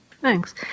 Thanks